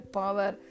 power